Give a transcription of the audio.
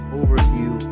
overview